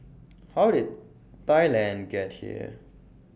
how did Thailand get here